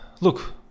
look